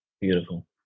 Beautiful